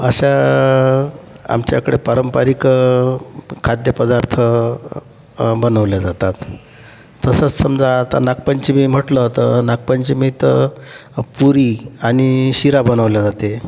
अशा आमच्याकडे पारंपरिक खाद्यपदार्थ बनवल्या जातात तसंच समजा आता नागपंचमी आहे म्हटलं तर नागपंचमीत पुरी आणि शिरा बनवल्या जाते